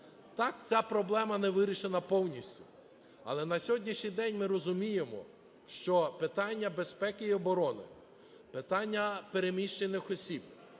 Так, ця проблема не вирішена повністю, але на сьогоднішній день ми розуміємо, що питання безпеки і оборони, питання переміщених осіб,